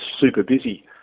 super-busy